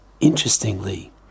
interestingly